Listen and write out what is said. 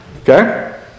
Okay